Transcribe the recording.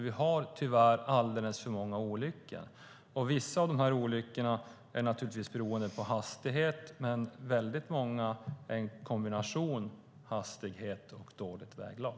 Vi har tyvärr alldeles för många olyckor. Vissa av dessa olyckor är beroende på hastighet. Men väldigt många beror på en kombination av hastighet och dåligt väglag.